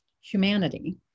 humanity